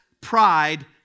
pride